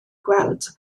gweld